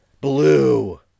Blue